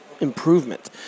improvement